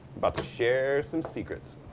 about to share some secrets.